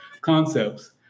concepts